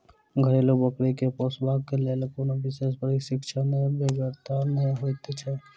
घरेलू बकरी के पोसबाक लेल कोनो विशेष प्रशिक्षणक बेगरता नै होइत छै